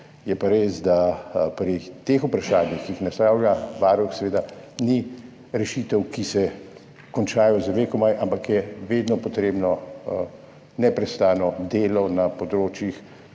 Je pa res, da pri teh vprašanjih, ki jih naslavlja Varuh, seveda ni rešitev, ki se končajo za vekomaj, ampak je vedno potrebno neprestano delo na področjih.